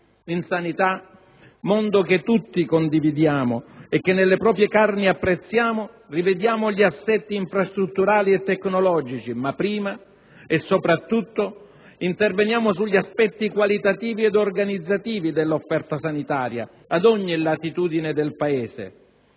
sanità, mondo che tutti condividiamo e che nelle proprie carni apprezziamo, rivediamo gli aspetti infrastrutturali e tecnologici, ma prima e soprattutto interveniamo sugli aspetti qualitativi ed organizzativi dell'offerta sanitaria ad ogni latitudine del Paese;